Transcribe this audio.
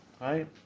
right